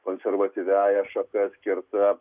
konservatyviąja šaka skirta